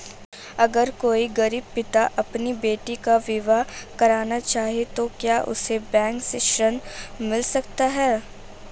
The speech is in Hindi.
अगर कोई गरीब पिता अपनी बेटी का विवाह करना चाहे तो क्या उसे बैंक से ऋण मिल सकता है?